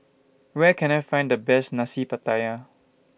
Where Can I Find The Best Nasi Pattaya